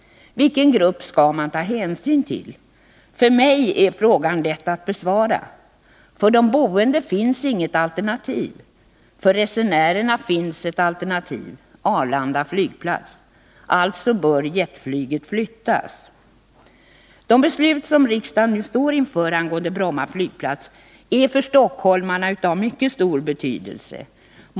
Vilken grupp skall man ta hänsyn till? För mig är frågan lätt att besvara. För de boende finns inget alternativ. För resenärerna finns ett alternativ — Arlanda flygplats. Alltså bör jetflyget flyttas. De beslut som riksdagen nu står inför angående Bromma flygplats är för stockholmarna av mycket stor betydelse.